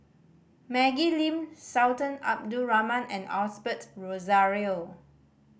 Maggie Lim Sultan Abdul Rahman and Osbert Rozario